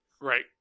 Right